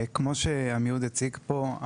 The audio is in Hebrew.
כמו שעמיהוד הציג פה,